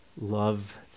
love